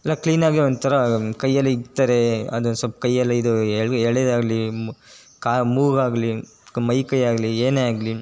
ಎಲ್ಲ ಕ್ಲೀನಾಗಿ ಒಂಥರ ಕೈಯ್ಯೆಲ್ಲ ಅದು ಸ್ವಲ್ಪ ಕೈಯ್ಯೆಲ್ಲ ಇದು ಎಳೆ ಎಳೆದಾಗಲಿ ಮ್ ಕಾ ಮೂಗಾಗಲಿ ಮೈ ಕೈಯ್ಯಾಗಲಿ ಏನೇ ಆಗಲಿ